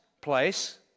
place